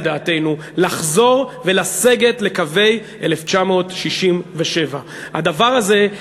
דעתנו לחזור ולסגת לקווי 67'. הדבר הזה,